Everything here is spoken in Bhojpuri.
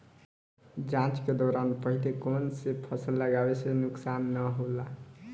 जाँच के दौरान पहिले कौन से फसल लगावे से नुकसान न होला?